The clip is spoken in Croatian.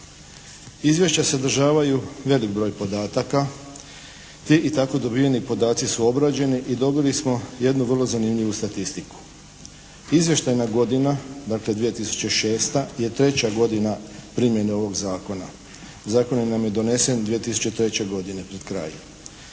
Izvještajna godina dakle 2006. je treća godina primjene ovog Zakona. Zakon je naime donesen 2003. godine pred kraj.